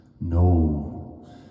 No